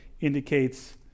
indicates